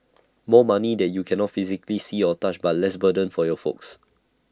more money that you cannot physically see or touch but less burden for your folks